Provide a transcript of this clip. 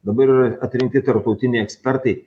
dabar yra atrinkti tarptautiniai ekspertai